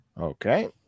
Okay